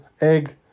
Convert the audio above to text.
egg